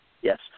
Yes